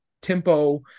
tempo